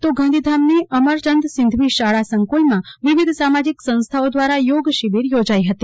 તો ગાંધીધામની અમરચંદ સિંઘવી શાળા સંકુલમાં વિવિધ સામાજીક સંસ્થાઓ દવારા યોગ શિબિર યોજાઈ હતી